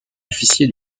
officier